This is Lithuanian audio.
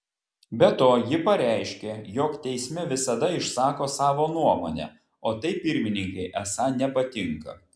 be to ji pareiškė jog teisme visada išsako savo nuomonę o tai pirmininkei esą nepatinka